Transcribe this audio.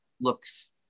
looks